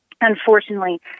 Unfortunately